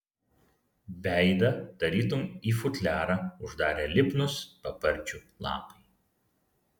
veidą tarytum į futliarą uždarė lipnūs paparčių lapai